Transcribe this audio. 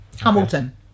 Hamilton